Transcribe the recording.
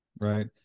right